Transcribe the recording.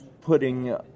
putting